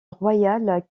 royal